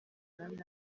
nabi